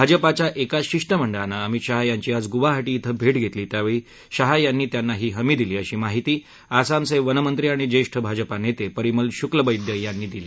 भाजपाच्या एका शिष्टमंडळानं अमित शाह यांची आज गुवाहाटी क्षें भेट घेतली त्यावेळी शाह यांनी त्यांना ही हमी दिली अशी माहिती आसामचे वनमंत्री आणि ज्येष्ठ भाजपा नेते परिमल शुक्लबैद्य यांनी दिली